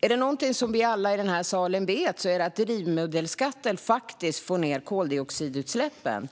Är det någonting som vi alla i den här salen vet är det att drivmedelsskatten faktiskt får ned koldioxidutsläppen.